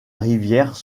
rivière